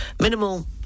minimal